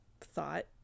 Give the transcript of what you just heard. thought